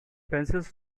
pencils